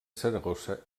saragossa